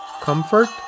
comfort